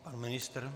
Pan ministr?